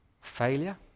Failure